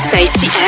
Safety